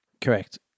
Correct